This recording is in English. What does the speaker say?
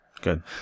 Good